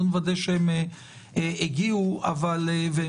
בואו נוודא שהם הגיעו ויופצו,